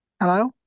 hello